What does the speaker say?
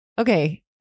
okay